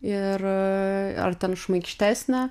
ir ar ten šmaikštesnę